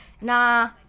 nah